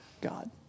God